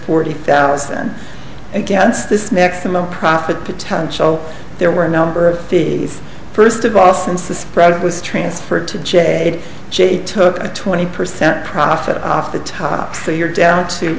forty thousand against this maximum profit potential there were a number of the first of all since the spread was transferred to jay jay took a twenty percent profit off the top so you're down t